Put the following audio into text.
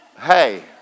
Hey